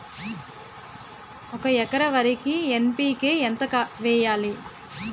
ఒక ఎకర వరికి ఎన్.పి కే ఎంత వేయాలి?